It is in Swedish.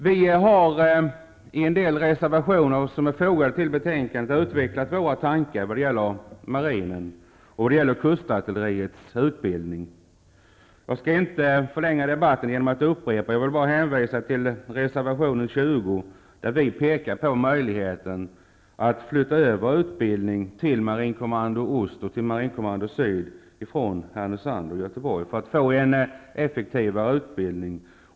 Vi har i en del reservationer till betänkandet utvecklat våra tankar vad gäller marinen och kustartilleriets utbildning. Jag skall inte förlänga debatten genom att upprepa. Jag vill bara hänvisa till reservation 20. Där pekar vi på möjligheten att flytta över utbildning till Marinkommando Ost och till Marinkommando Syd ifrån Härnösand och Göteborg för att få en effektivare utbildning.